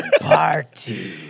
party